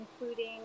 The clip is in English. including